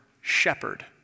Shepherd